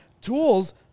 tools